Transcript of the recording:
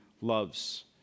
loves